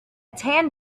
tan